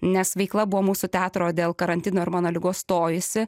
nes veikla buvo mūsų teatro dėl karantino ir mano ligos stojusi